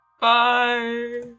Bye